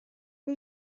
who